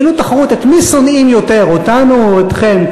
כאילו תחרות את מי שונאים יותר: אותנו או אתכם.